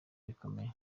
rikomeye